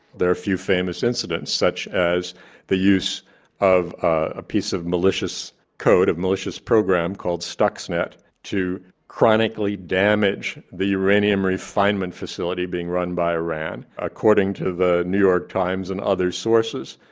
there are a few famous incidents, such as the use of a piece of malicious code, a malicious program called stuxnet to chronically damage the uranium refinement facility being run by iran. according to the new york times and other sources,